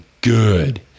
good